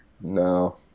No